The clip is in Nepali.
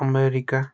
अमेरिका